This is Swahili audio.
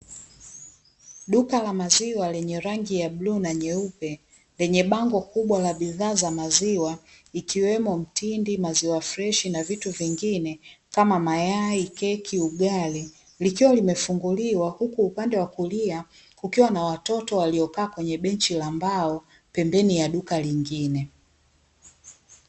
Duka la maziwa lenye rangi ya bluu na nyeupe lenye bango kubwa la bidhaa za maziwa ikiwemo mtindi, maziwa freshi, na vitu vingine kama mayai, keki, ugali, likiwa limefunguliwa huku upande wa kulia kukiwa na watoto waliokaa kwenye benchi la mbao pembeni ya duka lingine.